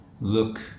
look